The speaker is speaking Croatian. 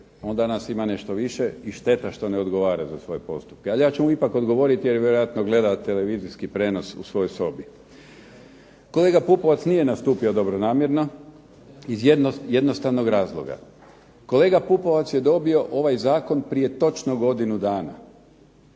on danas ima nešto više i šteta što ne odgovara za svoje postupke. Ali ja ću mu odgovoriti jer vjerojatno gleda televizijski prijenos u svojoj sobi. Kolega Pupovac nije nastupio dobronamjerno iz jednostavnog razloga. Kolega Pupovac je dobio ovaj Zakon prije točno godinu dana.